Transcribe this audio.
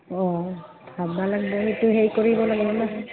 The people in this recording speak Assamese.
অঁ ভাবিব লাগিব সেইটো হেৰি কৰিব লাগিব নহ্